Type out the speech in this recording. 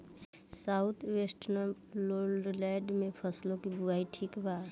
South western lowland में फसलों की बुवाई ठीक बा?